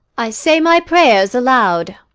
i say my prayers aloud.